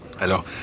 Alors